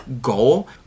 goal